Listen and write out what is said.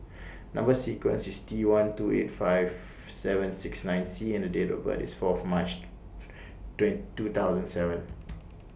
Number sequence IS T one two eight five seven six nine C and Date of birth IS Fourth March two thousand and seven